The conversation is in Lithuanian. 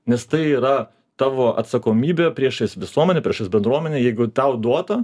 nes tai yra tavo atsakomybė priešais visuomenę priešais bendruomenę jeigu tau duota